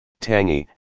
tangy